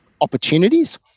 opportunities